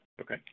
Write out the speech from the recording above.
okay